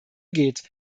geht